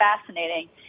fascinating